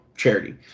charity